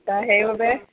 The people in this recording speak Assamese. সেইবাবে